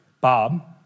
Bob